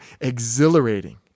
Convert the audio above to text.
exhilarating